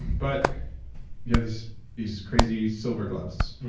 but you have these these crazy silver gloves.